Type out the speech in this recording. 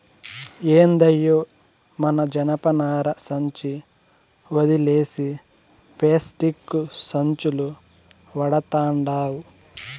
ఏందయ్యో మన జనపనార సంచి ఒదిలేసి పేస్టిక్కు సంచులు వడతండావ్